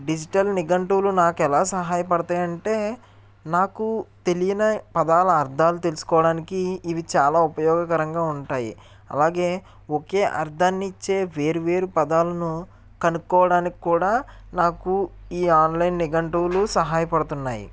digital నిఘంటువులు నాకు ఎలా సహాయపడతాయి అంటే నాకు తెలియని పదాల అర్థాలు తెల్సుకోవడానికి ఇవి చాలా ఉపయోగకరంగా ఉంటాయి అలాగే ఒకే అర్థాన్ని ఇచ్చే వేరు వేరు పదాలను కనుక్కోవడానికి కూడా నాకు ఈ ఆన్లైన్ నిఘంటువులు సహాయపడుతున్నాయి